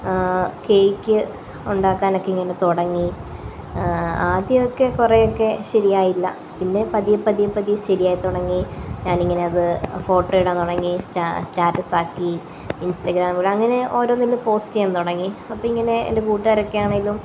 cake ഉണ്ടാക്കാനൊക്കെ ഇങ്ങനെ തുടങ്ങി ആദ്യം ഒക്കെ കുറെ ഒക്കെ ശെരിയായില്ല പിന്നെ പതിയെപ്പതിയെപ്പ തിയെ ശരിയായി തുടങ്ങി ഞാനിങ്ങനെ അത് ഫോട്ടോ ഇടാൻ തുടങ്ങി സ്റ്റാസ് സ്റ്റാറ്റസാക്കി ഇൻസ്റ്റഗ്രാമിൽ അങ്ങനെ ഓരോന്നില് പോസ്റ്റ് ചെയ്യാൻ തുടങ്ങി അപ്പം ഇങ്ങനേ എൻ്റെ കൂട്ടുകാരൊക്കെ ആണെങ്കിലും